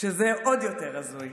שזה עוד יותר הזוי.